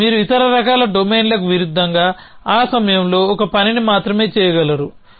మరియు మీరు ఇతర రకాల డొమైన్లకు విరుద్ధంగా ఆ సమయంలో ఒక పనిని మాత్రమే చేయగలరు